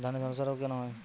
ধানে ঝলসা রোগ কেন হয়?